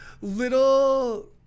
little